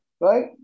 right